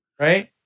Right